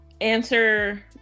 answer